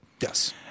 yes